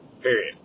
Period